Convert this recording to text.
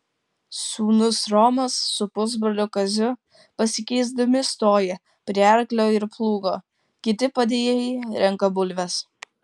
sūnus romas su pusbroliu kaziu pasikeisdami stoja prie arklio ir plūgo kiti padėjėjai renka bulves